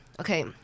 okay